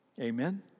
Amen